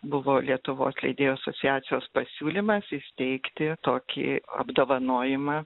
buvo lietuvos leidėjų asociacijos pasiūlymas įsteigti tokį apdovanojimą